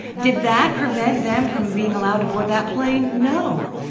did that prevent them from being allowed to board that plane? no.